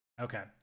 Okay